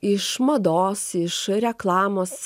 iš mados iš reklamos